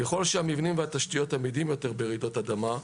ככל שהמבנים והתשתיות עמידים יותר ברעידות אדמה,